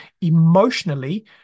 emotionally